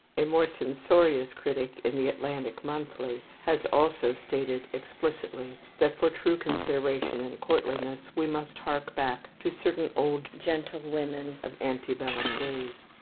a more censorious critic in the atlantic monthly has also stated explicitly that for true consideration and courtliness we must hark back to certain old gentlewomen of ante-bellum days.